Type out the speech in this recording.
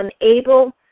unable